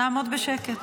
נעמוד בשקט.